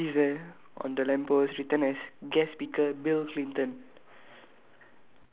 think there's a notice there on the lamp post written as guest speaker Bill-Clinton